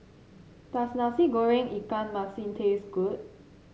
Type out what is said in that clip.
does Nasi Goreng Ikan Masin taste good